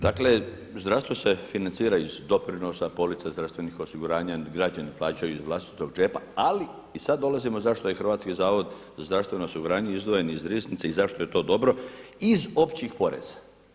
Dakle, zdravstvo se financira iz doprinosa, polica zdravstvenog osiguranja, građani plaćaju iz vlastitog džepa, ali i sad dolazimo zašto je Hrvatski zavod za zdravstveno osiguranje izdvojen iz Riznice i zašto je to dobro iz općih poreza.